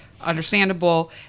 understandable